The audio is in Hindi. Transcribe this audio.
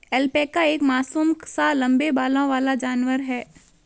ऐल्पैका एक मासूम सा लम्बे बालों वाला जानवर है